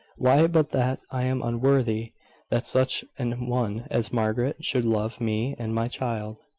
why, but that i am unworthy that such an one as margaret should love me and my child.